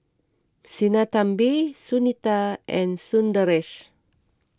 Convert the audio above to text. Sinnathamby Sunita and Sundaresh